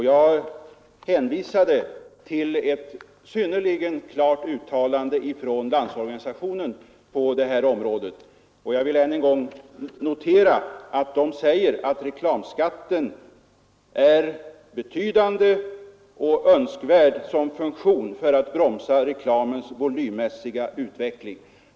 Jag hänvisade till ett synnerligen klart uttalande från LO, och jag vill än en gång notera att LO säger att reklamskatten är betydande och önskvärd som funktion för att bromsa reklamens volymmässiga utveckling.